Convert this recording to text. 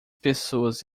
pessoas